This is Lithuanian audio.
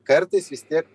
kartais vis tiek